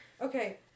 Okay